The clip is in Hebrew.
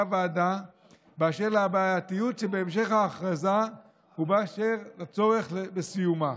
הוועדה באשר לבעייתיות שבהמשך ההכרזה ובאשר לצורך לסיומה.